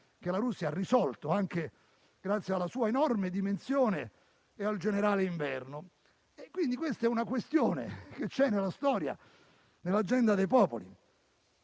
che la Russia ha risolto anche grazie alla sua enorme dimensione e al generale inverno. Quindi, questa è una questione che c'è nella storia, nell'agenda dei popoli,